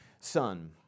son